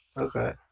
Okay